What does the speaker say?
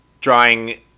drawing